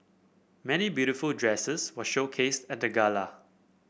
many beautiful dresses were showcased at the gala